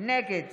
נגד